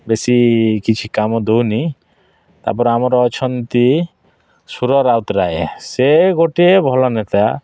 ବେଶୀ କିଛି କାମ ଦେଉନି ତାପରେ ଆମର ଅଛନ୍ତି ସୁର ରାଉତରାୟ ସେ ଗୋଟେ ଭଲ ନେତା